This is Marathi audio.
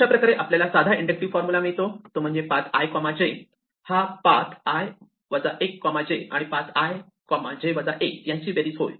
अशा प्रकारे आपल्याला साधा इंडक्टिव फार्मूला मिळतो तो म्हणजे पाथ i j हा पाथ i 1 j आणि पाथ i j 1 यांची बेरीज होय